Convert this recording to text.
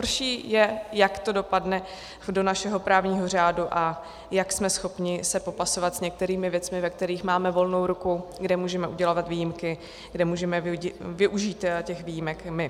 Horší je, jak to dopadne do našeho právního řádu a jak jsme schopni se popasovat s některými věcmi, ve kterých máme volnou ruku, kde můžeme udělovat výjimky, kde můžeme využít těch výjimek my.